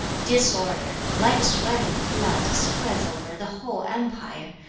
disorder, like a swelling flood, spreads over the whole empire,